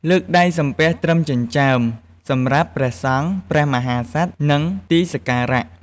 លើកដៃសំពះត្រឹមចិញ្ចើម សម្រាប់ព្រះសង្ឃ ព្រះមហាក្សត្រ និង ទីសក្ការៈ។